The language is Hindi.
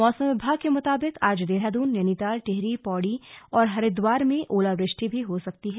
मौसम विभाग के मुताबिक आज देहरादून नैनीताल टिहरी पौड़ी और हरिद्वार में ओलावृष्टि हो सकती है